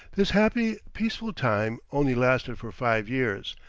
this happy, peaceful time only lasted for five years,